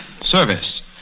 Service